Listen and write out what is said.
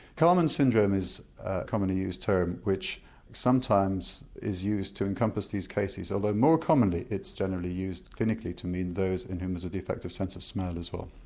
kallmann syndrome is commonly used term which sometimes is used to encompass these cases although more commonly it's generally used clinically to mean those in whom there's a defective sense of smell as well.